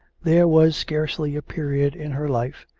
there was scarcely a period in her life,